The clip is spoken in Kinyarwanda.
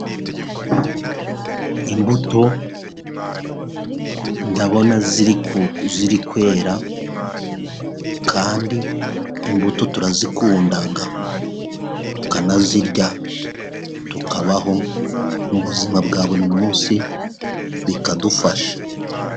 Imbuto ndabona ziri kwera kandi imbuto turazikunda tukanazirya, tukabaho mu buzima bwa buri munsi bikadufasha.